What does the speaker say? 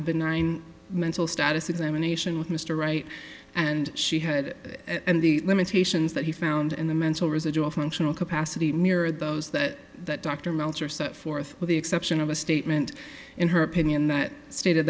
a benign mental status examination with mr right and she had and the limitations that he found in the mental residual functional capacity mirrored those that dr meltzer set forth with the exception of a statement in her opinion that stated